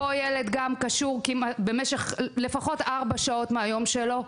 פה ילד גם קשור במשך לפחות ארבע שעות מהיום שלו.